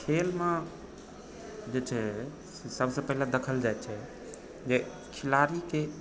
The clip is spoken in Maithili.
खेलमे जे छै से सबसँ पहिने देखल जाइत छै जे खेलाड़ीके